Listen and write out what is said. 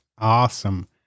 Awesome